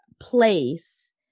place